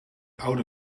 oude